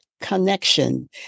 connection